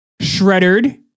shredded